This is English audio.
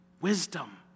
wisdom